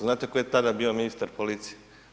Znate tko je tada bio ministar policije?